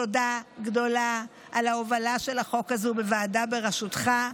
תודה גדולה על ההובלה של החוק הזה בוועדה בראשותך,